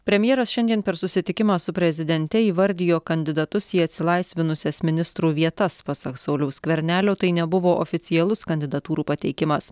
premjeras šiandien per susitikimą su prezidente įvardijo kandidatus į atsilaisvinusias ministrų vietas pasak sauliaus skvernelio tai nebuvo oficialus kandidatūrų pateikimas